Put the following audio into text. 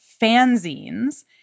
fanzines